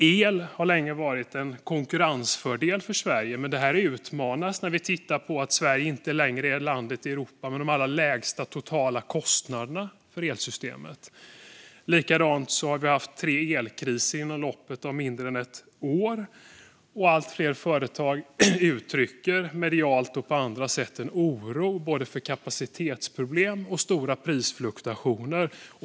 El har länge varit en konkurrensfördel för Sverige, men detta utmanas när vi ser att Sverige inte längre är landet i Europa med de allra lägsta totalkostnaderna för elsystemet. Vi har haft tre elkriser inom loppet av mindre än ett år, och allt fler företag uttrycker medialt och på andra sätt en oro för både kapacitetsproblem och stora prisfluktuationer.